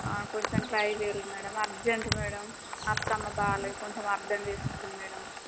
కొంచం ట్రై చేయుర్రి madam urgent madam అత్తమ్మ బాలేదు కొంచం అర్దం చేసుకుర్రి మేడమ్